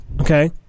Okay